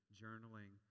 journaling